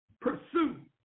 pursue